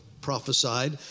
prophesied